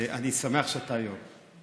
אני שמח שאתה היו"ר.